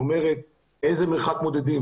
איזה מרחק מודדים,